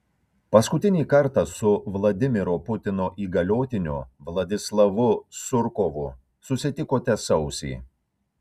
paskutinį kartą su vladimiro putino įgaliotiniu vladislavu surkovu susitikote sausį